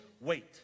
wait